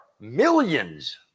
millions